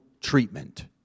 treatment